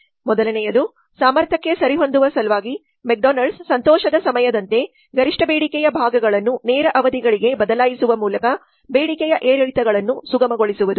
ಮೊದಲನೆಯದು ಸಾಮರ್ಥ್ಯಕ್ಕೆ ಸರಿಹೊಂದುವ ಸಲುವಾಗಿ ಮೆಕ್ಡೊನಾಲ್ಡ್ಸ್ ಸಂತೋಷದ ಸಮಯದಂತೆ ಗರಿಷ್ಠ ಬೇಡಿಕೆಯ ಭಾಗಗಳನ್ನು ನೇರ ಅವಧಿಗಳಿಗೆ ಬದಲಾಯಿಸುವ ಮೂಲಕ ಬೇಡಿಕೆಯ ಏರಿಳಿತಗಳನ್ನು ಸುಗಮಗೊಳಿಸುವುದು